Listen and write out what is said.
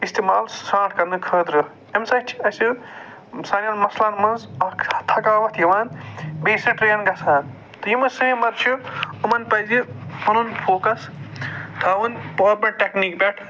اِستعمال سٔٹارٹ کرنہٕ خٲطرٕ أمۍ سۭتۍ چھُ اَسہِ سانٮ۪ن نۄقصان منٛز اکھ تھکاوَٹھ یِوان بیٚیہِ چھُ ٹرٮ۪ن گژھان ییٚمہٕ سُوِمَر چھِ یِمَن پَزِ پَنُن فوکَس تھاوُن پراپَر ٹٮ۪کنیٖک پٮ۪ٹھ